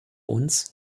uns